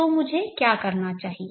तो मुझे क्या करना चाहिए